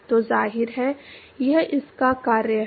तो जाहिर है यह इसका कार्य है